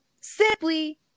simply